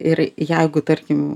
ir jeigu tarkim